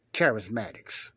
Charismatics